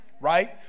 Right